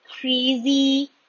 crazy